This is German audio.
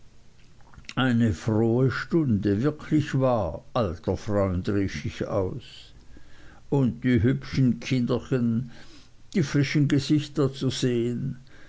eine frohe stunde wirklich wahr alter freund rief ich aus und die hübschen kinderchen die frischen gesichter zu sehen